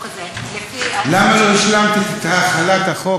למה לא החלת את 56(א)?